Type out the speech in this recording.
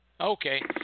Okay